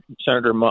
Senator